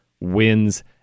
wins